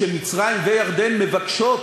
כשמצרים וירדן מבקשות